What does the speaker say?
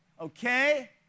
okay